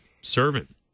servant